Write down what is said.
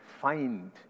find